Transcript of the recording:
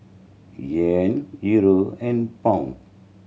Yen Euro and Pound